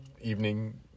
evening